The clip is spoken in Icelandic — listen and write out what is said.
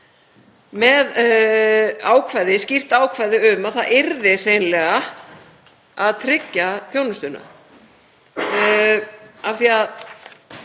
með ákvæði, skýrt ákvæði, um að það yrði hreinlega að tryggja þjónustuna. Í